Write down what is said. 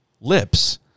lips